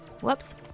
Whoops